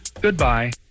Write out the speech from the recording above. Goodbye